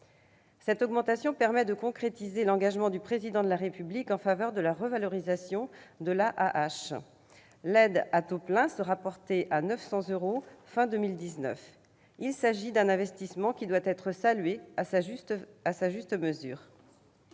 Cette augmentation permet de concrétiser l'engagement du Président de la République en faveur de la revalorisation de l'AAH. L'aide à taux plein sera portée à 900 euros à la fin de l'année 2019. Cet investissement doit être salué à sa juste mesure.